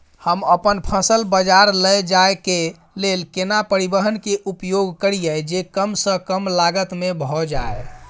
हम अपन फसल बाजार लैय जाय के लेल केना परिवहन के उपयोग करिये जे कम स कम लागत में भ जाय?